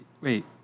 Wait